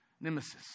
nemesis